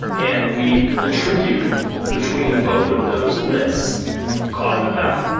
and we attribute between both of those lists' cause and effect.